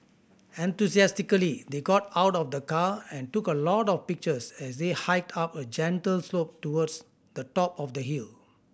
enthusiastically they got out of the car and took a lot of pictures as they hiked up a gentle slope towards the top of the hill